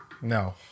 No